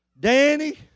Danny